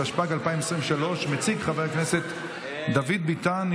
התשפ"ג 2023. מציג חבר הכנסת דוד ביטן,